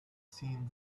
seemed